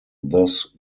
thus